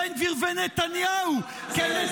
בן גביר ונתניהו -- אין מה להשוות בין זה לזה.